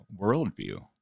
worldview